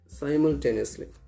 simultaneously